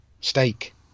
steak